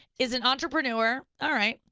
is an entrepreneur, all right,